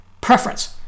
preference